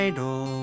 Idol